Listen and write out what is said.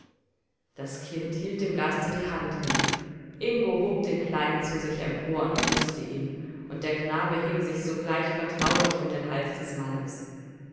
das kind hielt dem gaste die hand hin ingo hob den kleinen zu sich empor und küßte ihn und der knabe hing sich sogleich vertraulich um den hals des mannes